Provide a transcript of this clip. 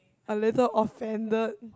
a little offended